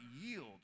yield